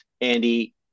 Andy